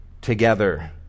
together